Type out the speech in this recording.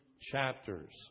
chapters